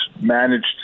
managed